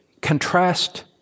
contrast